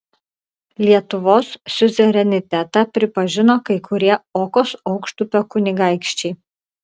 lietuvos siuzerenitetą pripažino kai kurie okos aukštupio kunigaikščiai